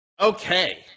Okay